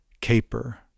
caper